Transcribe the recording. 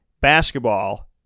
basketball